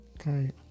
Okay